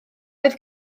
oedd